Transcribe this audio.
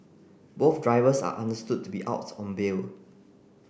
both drivers are understood to be out on bail